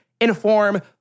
inform